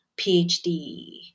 PhD